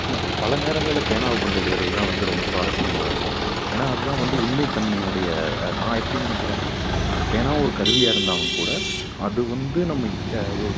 பல நேரங்களில் பேனாவை கொண்டு எழுதுகிறது தான் வந்து ரொம்ப சுவாரஸ்யமாக இருக்கும் ஏன்னால் அதுதான் வந்து உண்மைத்தன்மையுடைய நான் எப்படி நினைக்கிறேனா அது பேனாவும் ஒரு கருவியாக இருந்தாலும் கூட அதுவந்து நம்மை ஒரு